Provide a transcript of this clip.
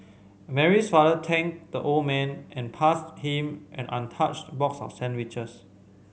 Mary's father thanked the old man and passed him an untouched box of sandwiches